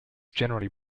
generally